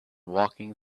walking